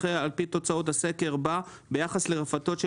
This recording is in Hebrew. אחרי "על אף תוצאות הסקר" בא "ביחס לרפתות של